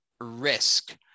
risk